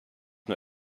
nur